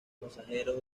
pasajeros